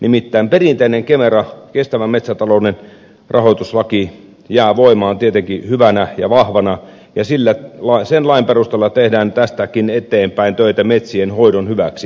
nimittäin perinteinen kemera kestävän metsätalouden rahoituslaki jää voimaan tietenkin hyvänä ja vahvana ja sen lain perusteella tehdään tästäkin eteenpäin töitä metsien hoidon hyväksi suomen metsissä